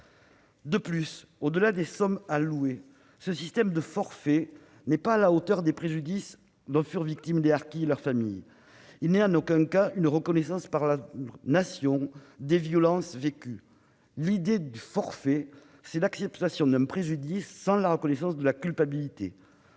De plus, au-delà des sommes allouées, le système de forfait n'est pas à la hauteur des préjudices dont furent victimes les harkis et leurs familles. Il n'est en aucun cas une reconnaissance par la Nation des violences vécues. Un tel forfait, c'est l'acceptation d'un préjudice sans la reconnaissance de la culpabilité.